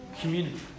community